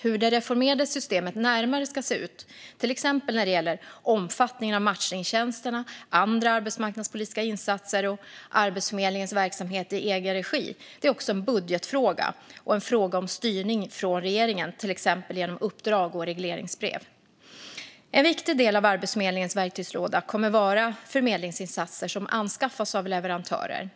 Hur det reformerade systemet närmare ska se ut, till exempel när det gäller omfattningen av matchningstjänster, andra arbetsmarknadspolitiska insatser och Arbetsförmedlingens verksamhet i egen regi, är också en budgetfråga och en fråga om styrning från regeringen genom till exempel uppdrag och regleringsbrev. En viktig del av Arbetsförmedlingens verktygslåda kommer att vara förmedlingsinsatser som anskaffas från leverantörer.